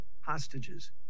hostages